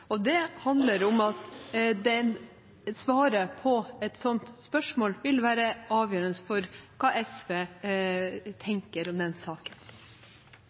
handler om at svaret på et slikt spørsmål vil være avgjørende for hva SV tenker om saken. Jeg tror vi alle vet at avtaler som den